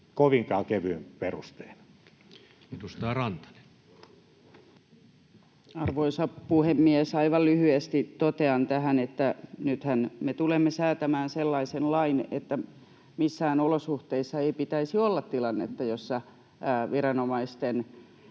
muuttamisesta Time: 13:22 Content: Arvoisa puhemies! Aivan lyhyesti totean tähän, että nythän me tulemme säätämään sellaisen lain, että missään olosuhteissa ei pitäisi olla tilannetta, jossa viranomaisten